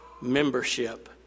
membership